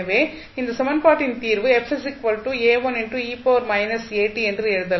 எனவே இந்த சமன்பாட்டின் தீர்வு என்று எழுதலாம்